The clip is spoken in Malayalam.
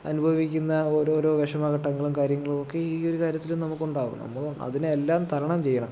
അനുഭവിക്കുന്ന ഓരോരോ വിഷമ ഘട്ടങ്ങളും കാര്യങ്ങളും ഒക്കെ ഈ ഒരു കാര്യത്തിലും നമുക്കുണ്ടാകും നമ്മള് അതിനെയെല്ലാം തരണം ചെയ്യണം